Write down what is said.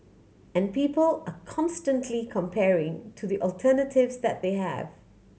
and people are constantly comparing to the alternatives that they have